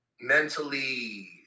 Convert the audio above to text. mentally